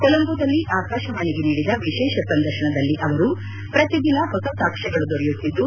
ಕೊಲಂಬೋದಲ್ಲಿ ಆಕಾಶವಾಣಿಗೆ ನೀಡಿದ ವಿಶೇಷ ಸಂದರ್ಶನದಲ್ಲಿ ಅವರು ಪ್ರತಿದಿನ ಹೊಸ ಸಾಕ್ಷ್ಮಗಳು ದೊರೆಯುತ್ತಿದ್ದು